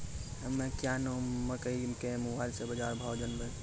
हमें क्या नाम मकई के मोबाइल से बाजार भाव जनवे?